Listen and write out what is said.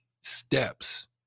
steps